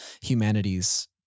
humanity's